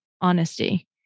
honesty